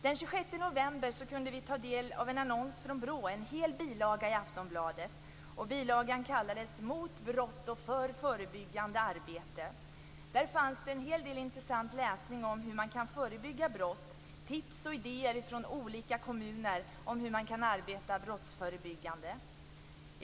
Den 26 november kunde vi ta del av en annons från BRÅ i en hel bilaga i Aftonbladet. Bilagan kallades Mot brott och för brottsförebyggande arbete. Där fanns en hel del intressant läsning om hur man kan förebygga brott och tips och idéer från olika kommuner om hur man kan arbeta brottsförebyggande.